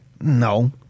No